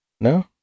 no